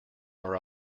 are